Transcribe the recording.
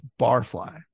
Barfly